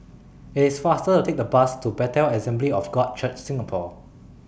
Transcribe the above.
IT IS faster to Take The Bus to Bethel Assembly of God Church Singapore